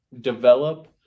Develop